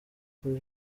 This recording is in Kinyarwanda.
kurya